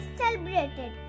celebrated